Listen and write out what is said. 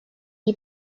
die